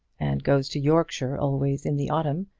and goes to yorkshire always in the autumn,